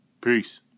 Peace